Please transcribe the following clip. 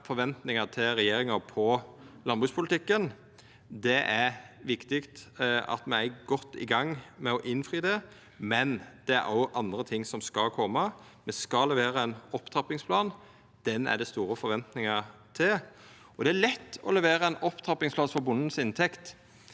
forventningar til regjeringa i landbrukspolitikken. Det er viktig at me er godt i gang med å innfri det, men det er òg andre ting som skal koma. Me skal levera ein opptrappingsplan. Den er det store forventningar til. Det er lett å levera ein opptrappingsplan for bondens inntekt